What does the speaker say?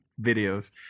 videos